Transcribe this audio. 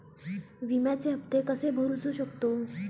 विम्याचे हप्ते कसे भरूचो शकतो?